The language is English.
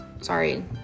sorry